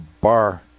bar